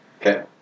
Okay